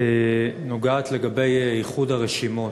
נוגעת לאיחוד הרשימות.